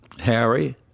Harry